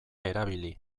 erabili